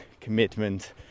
commitment